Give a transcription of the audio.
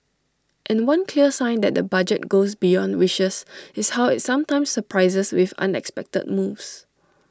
and one clear sign that the budget goes beyond wishes is how IT sometimes surprises with unexpected moves